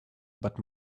but